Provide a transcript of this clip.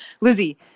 Lizzie